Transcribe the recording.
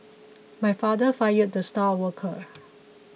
my father fired the star worker